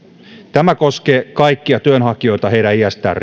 tämä koskee kaikkia työnhakijoita heidän iästään